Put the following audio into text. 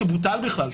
שבוטל בכלל,